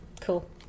Cool